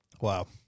Wow